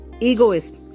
egoist